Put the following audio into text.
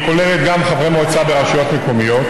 תודה רבה לחבר הכנסת מיקי רוזנטל.